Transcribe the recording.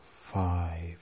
five